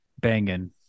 Banging